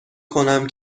کنم